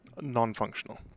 non-functional